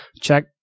Check